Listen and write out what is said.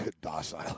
Docile